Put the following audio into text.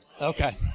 Okay